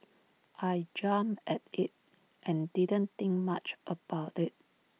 I jumped at IT and didn't think much about IT